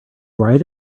write